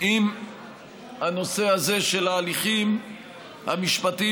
עם הנושא הזה של ההליכים המשפטיים